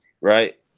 right